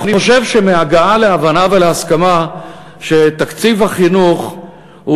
אני חושב שמהגעה להבנה והסכמה שתקציב החינוך הוא